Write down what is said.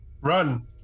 Run